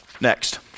Next